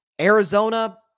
Arizona